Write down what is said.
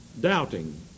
Doubting